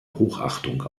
hochachtung